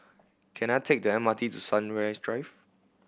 can I take the M R T to Sunrise Drive